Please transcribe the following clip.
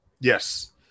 Yes